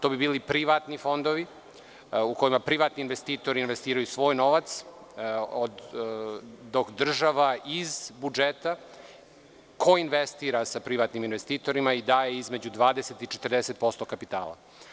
To bi bili privatni fondovi u kojima privatni investitori investiraju svoj novac, dok država iz budžeta koinvestira sa privatnim investitorima i daje između 20 i 40% kapitala.